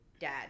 dad